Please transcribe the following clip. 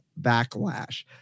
backlash